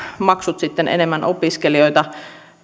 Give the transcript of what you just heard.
maksut enemmän opiskelijoita